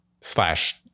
slash